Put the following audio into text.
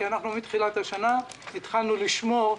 כי מתחילת השנה התחלנו לשמור,